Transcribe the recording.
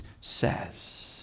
says